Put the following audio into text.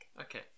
Okay